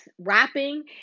rapping